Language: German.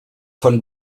von